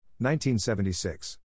1976